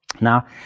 Now